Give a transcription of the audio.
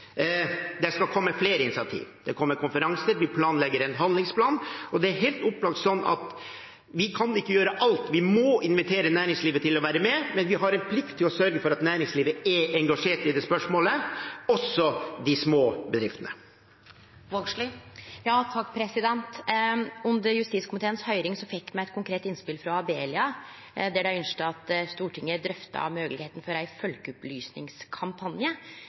Det skal komme flere initiativ. Det kommer konferanser, og vi planlegger en handlingsplan. Det er helt opplagt sånn at vi kan ikke gjøre alt – vi må invitere næringslivet til å være med. Men vi har en plikt til å sørge for at næringslivet er engasjert i dette spørsmålet, også de små bedriftene. Under justiskomiteens høyring fekk me eit konkret innspel frå Abelia, der dei ønskte at Stortinget drøfta moglegheita for ein folkeopplysningskampanje.